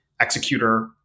executor